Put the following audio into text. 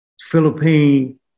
Philippines